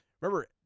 Remember